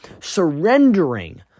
surrendering